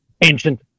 ancient